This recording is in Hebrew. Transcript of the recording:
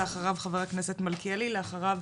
לאחריו חבר הכנסת מלכיאלי, לאחריו